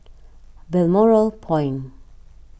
Balmoral Point